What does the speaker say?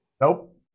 Nope